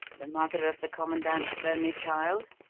the mother of the commandant's only child?